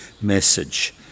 message